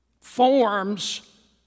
forms